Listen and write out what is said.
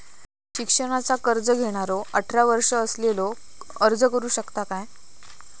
शिक्षणाचा कर्ज घेणारो अठरा वर्ष असलेलो अर्ज करू शकता काय?